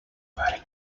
very